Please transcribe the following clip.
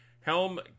Helm